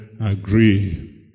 agree